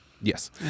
Yes